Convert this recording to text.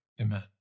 Amen